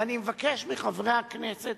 ואני מבקש מחברי הכנסת,